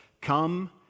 come